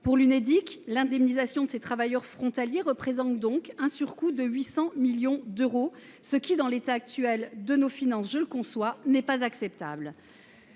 Pour l’Unédic, l’indemnisation de ces travailleurs frontaliers représenterait un surcoût de 800 millions d’euros, ce qui dans l’état actuel de nos finances, je le conçois, n’est pas acceptable.